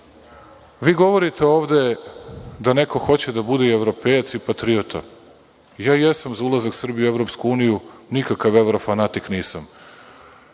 govorite ovde da neko hoće da bude i evropejac i patriota. Ja jesam za ulazak Srbije u EU, nikakav evrofanatik nisam.